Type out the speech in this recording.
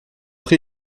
pré